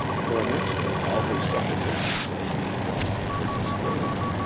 for an instant all his suppositions as to joan were disturbed.